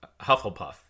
Hufflepuff